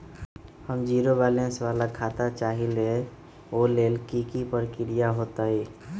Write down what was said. हम zero balance वाला खाता चाहइले वो लेल की की प्रक्रिया होतई?